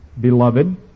Beloved